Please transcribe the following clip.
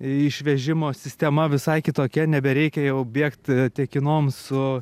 išvežimo sistema visai kitokia nebereikia jau bėgt tekinom su